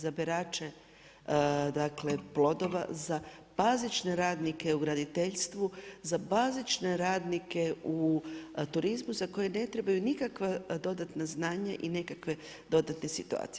Za berače, dakle plodova, za bazične radnike u graditeljstvu, za bazične radnike u turizmu za koje ne trebaju nikakva dodatna znanja i nekakve dodatne situacije.